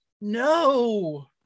No